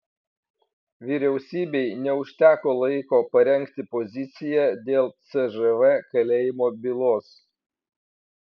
vyriausybei neužteko laiko parengti poziciją dėl cžv kalėjimo bylos